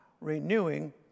renewing